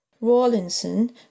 Rawlinson